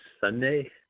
Sunday